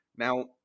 Now